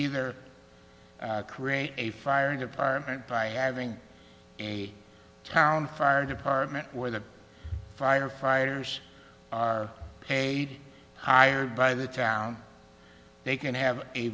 either create a fire department by having a town fire department where the firefighters are paid hired by the town they can have a